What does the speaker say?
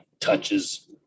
touches